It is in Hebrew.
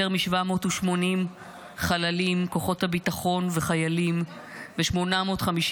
יותר מ-780 חללים מכוחות הביטחון וחיילים ו-850